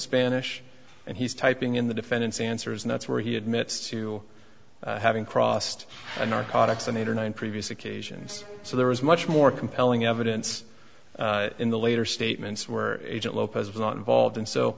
spanish and he's typing in the defendant's answers and that's where he admits to having crossed the narcotics on eight or nine previous occasions so there was much more compelling evidence in the later statements where agent lopez was not involved and so